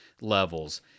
levels